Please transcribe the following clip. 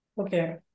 Okay